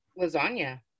lasagna